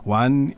one